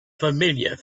familiar